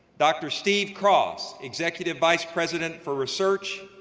dr. steve cross, executive vice president for research.